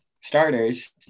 starters